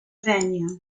venue